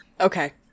Okay